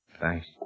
Thanks